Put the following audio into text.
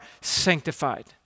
sanctified